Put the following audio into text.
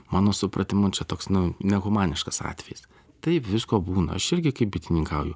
mano supratimu čia toks nu nehumaniškas atvejis taip visko būna aš irgi kai bitininkauju